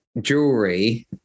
jewelry